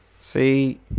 see